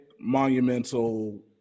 monumental